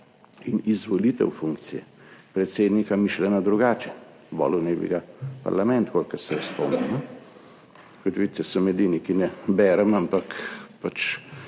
in izvolitev funkcije predsednika mišljena drugače, volil naj bi ga parlament, kolikor se jaz spomnim. Kot vidite, sem edini, ki ne bere, ampak